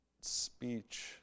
speech